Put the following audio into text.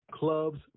clubs